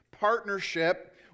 Partnership